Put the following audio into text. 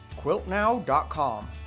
quiltnow.com